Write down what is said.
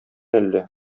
әллә